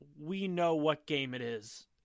we-know-what-game-it-is